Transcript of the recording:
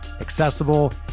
accessible